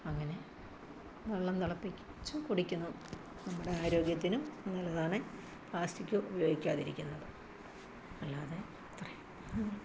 അങ്ങനെ വെള്ളം തിളപ്പിക്ക് ച്ച് കുടിക്കുന്നു നമ്മുടെ ആരോഗ്യത്തിനും നല്ലതാണ് പ്ലാസ്റ്റിക് ഉപയോഗിക്കാതിരിക്കുന്നത് അല്ലാതെ ഇത്രയും